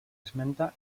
esmenta